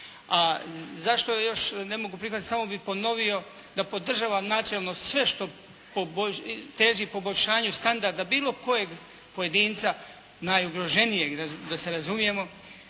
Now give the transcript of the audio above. A zašto još ne mogu prihvatiti. Samo bih ponovio da podržavam načelno sve što teži poboljšanju standarda bilo kojeg pojedinca, najugroženijeg da se razumijemo.